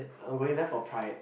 I'm going there for pride